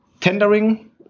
tendering